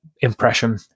impression